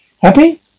Happy